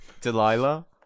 Delilah